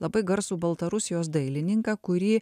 labai garsų baltarusijos dailininką kurį